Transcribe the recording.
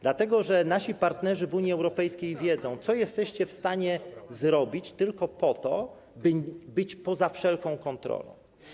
Dlatego że nasi partnerzy w Unii Europejskiej wiedzą, co jesteście w stanie zrobić tylko po to, by być poza wszelką kontrolą.